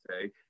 say